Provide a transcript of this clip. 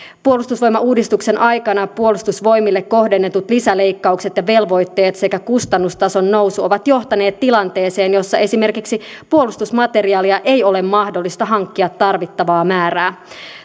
puolustusvoimauudistuksen aikana puolustusvoimille kohdennetut lisäleik kaukset ja velvoitteet sekä kustannustason nousu ovat johtaneet tilanteeseen jossa esimerkiksi puolustusmateriaalia ei ole mahdollista hankkia tarvittavaa määrää